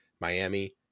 Miami